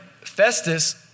Festus